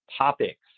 topics